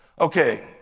Okay